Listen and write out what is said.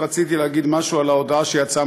רציתי להגיד משהו על ההודעה שיצאה